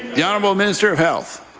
the honourable minister of health?